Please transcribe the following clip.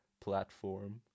platform